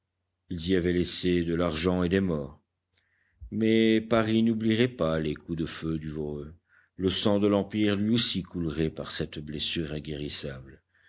ils y avaient laissé de l'argent et des morts mais paris n'oublierait pas les coups de feu du voreux le sang de l'empire lui aussi coulerait par cette blessure inguérissable